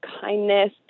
kindness